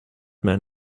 man